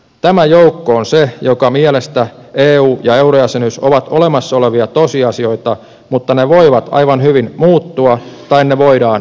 tämä joukko on se jonka mielestä eu ja eurojäsenyys ovat olemassa olevia tosiasioita mutta ne voivat aivan hyvin muuttua tai ne voidaan muuttaa